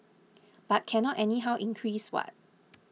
because cannot anyhow increase what